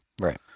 Right